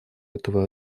этого